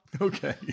Okay